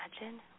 imagine